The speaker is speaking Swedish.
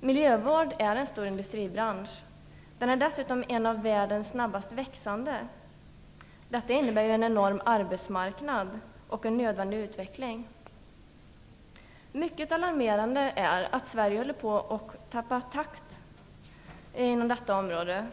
Miljövård är en stor industribransch. Den är dessutom en av världens snabbast växande. Detta innebär ju en enorm arbetsmarknad och en nödvändig utveckling. Mycket alarmerande är att Sverige håller på att slå av på takten inom detta område.